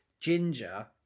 Ginger